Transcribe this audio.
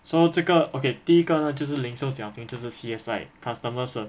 so 这个 okay 第一个呢就是零售就是 C_S_I customer ser~